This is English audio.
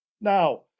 Now